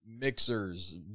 mixers